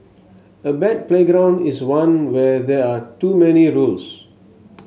a bad playground is one where there are too many rules